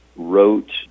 wrote